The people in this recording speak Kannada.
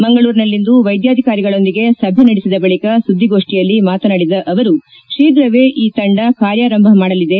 ಮಂಗಳೂರಿನಲ್ಲಿಂದು ವ್ಯೆದ್ಯಾಧಿಕಾರಿಗಳೊಂದಿಗೆ ಸಭೆ ನಡೆಸಿದ ಬಳಿಕ ಸುದ್ಧಿಗೋಷ್ತಿಯಲ್ಲಿ ಮಾತನಾಡಿದ ಜಿಲ್ಲಾಧಿಕಾರಿ ಶೀಫ್ರವೇ ಈ ತಂಡ ಕಾರ್ಯಾರಂಭ ಮಾಡಲಿದೆ